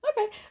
Okay